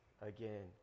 again